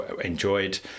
enjoyed